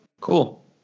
Cool